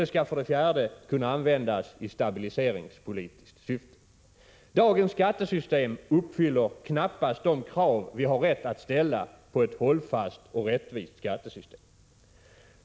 Det skall kunna användas i stabiliseringspolitiskt syfte. Dagens skattesystem uppfyller knappast de krav vi har rätt att ställa på ett hållfast och rättvist skattesystem.